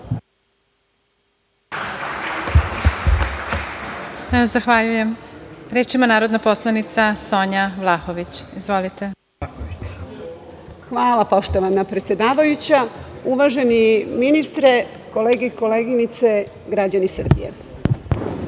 Zahvaljujem. Reč ima narodna poslanica Sonja Vlahović. Izvolite. **Sonja Vlahović** Hvala poštovana predsedavajuća. Uvaženi ministre, kolege i koleginice, građani Srbije,